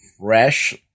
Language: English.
fresh